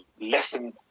lesson